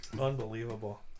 Unbelievable